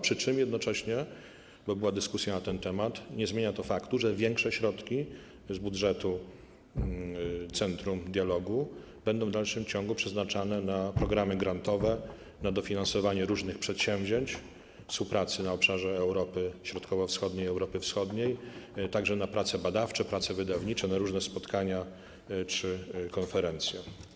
Przy czym jednocześnie - bo była dyskusja na ten temat - nie zmienia to faktu, że większe środki z budżetu centrum będą w dalszym ciągu przeznaczane na programy grantowe, na dofinansowanie różnych przedsięwzięć, współpracę na obszarze Europy Środkowo-Wschodniej i Europy Wschodniej, także na prace badawcze, wydawnicze, na różne spotkania czy konferencje.